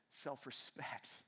self-respect